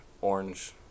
orange